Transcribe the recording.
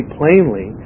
plainly